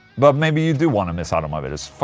but maybe you do want to miss out on my videos,